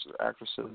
actresses